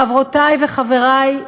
חברותי וחברי,